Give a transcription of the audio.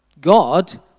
God